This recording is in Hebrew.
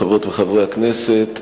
חברות וחברי הכנסת,